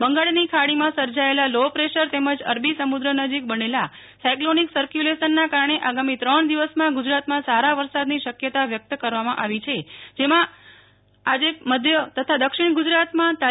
બંગાળની ખાડીમાં સર્જાયેલા લો પ્રેશર તેમજ અરબી સમુદ્ર નજીક બનેલા સાયકલોનીક સર્કયુલેશનના કારણે આગામી ત્રણ દિવસમાં ગુજાતમાં સારા વરસાદની શક્યતા વ્યક્ત કરવામાં આર્વી જેમાં આજે મધ્ય તથા દક્ષિણ ગુજરાતમાં તા